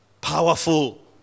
Powerful